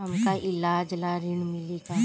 हमका ईलाज ला ऋण मिली का?